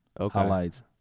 highlights